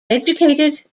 educated